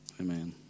amen